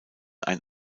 ein